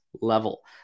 level